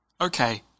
Okay